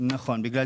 נכון, הם